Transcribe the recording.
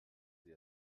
sie